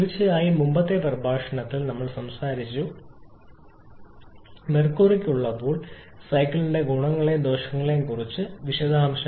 തീർച്ചയായും മുമ്പത്തെ പ്രഭാഷണത്തിൽ ഞങ്ങൾ സംസാരിച്ചു മെർക്കുറിക്ക് ഉള്ളപ്പോൾ സൈക്കിളിന്റെ ഗുണങ്ങളെയും ദോഷങ്ങളെയും കുറിച്ച് കുറച്ച് വിശദാംശം